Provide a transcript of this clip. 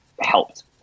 helped